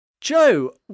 Joe